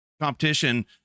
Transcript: competition